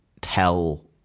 tell